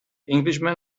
englishman